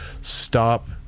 stop